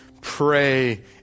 pray